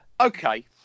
Okay